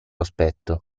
aspetto